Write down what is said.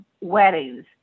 weddings